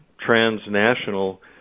transnational